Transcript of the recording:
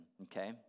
okay